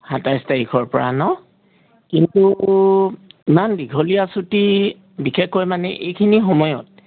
সাতাইছ তাৰিখৰ পৰা ন' কিন্তু ইমান দীঘলীয়া ছুটি বিশেষকৈ মানে এইখিনি সময়ত